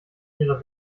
ihre